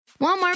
Walmart